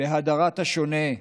בהדרת השונה,